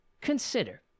Consider